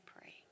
pray